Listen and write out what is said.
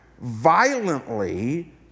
violently